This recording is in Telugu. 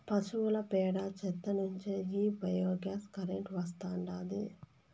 పశువుల పేడ చెత్త నుంచే ఈ బయోగ్యాస్ కరెంటు వస్తాండాది